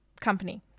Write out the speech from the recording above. company